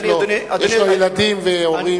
יש לו ילדים והורים.